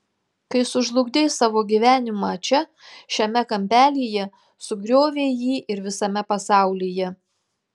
kai sužlugdei savo gyvenimą čia šiame kampelyje sugriovei jį ir visame pasaulyje